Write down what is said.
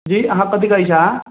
जी अहाँ कथी कहै छी अहाँ